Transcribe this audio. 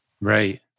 right